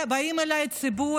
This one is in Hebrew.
באים אליי מהציבור,